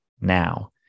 now